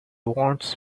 wants